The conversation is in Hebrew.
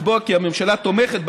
לקבוע כי הממשלה תומכת,